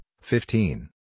fifteen